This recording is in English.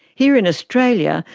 here in australia,